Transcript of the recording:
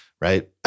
Right